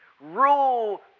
rule